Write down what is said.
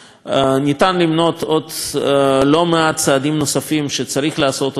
אפשר למנות עוד לא מעט צעדים נוספים שצריך לעשות במפרץ,